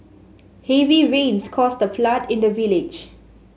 heavy rains caused a flood in the village